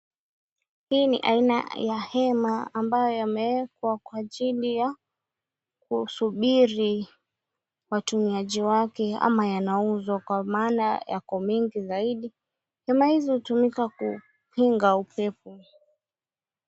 Hii ni aina ya hema ambayo yameekwa kwa ajili ya kusubiri watumiaji wake ama yanauzwa kwa maana yako mengi zaidi. Hema hizi hutumika kukinga upepo.